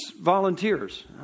volunteers